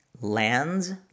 lands